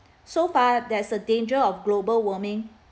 so far there's a danger of global warming